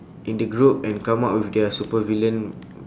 in the group and come up with their supervillain